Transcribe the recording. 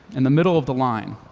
and the middle of the line.